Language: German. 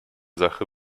sache